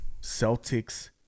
Celtics